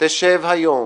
תשב היום